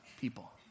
people